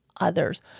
others